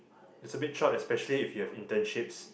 is a bit short especially if you have internships